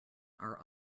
are